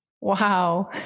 Wow